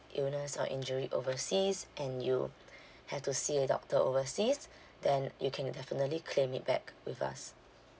illness or injury overseas and you have to see a doctor overseas then you can definitely claim it back with us